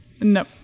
no